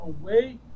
away